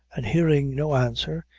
and hearing no answer,